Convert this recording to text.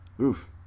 Oof